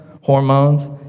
hormones